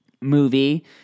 movie